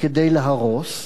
כדי להרוס,